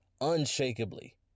unshakably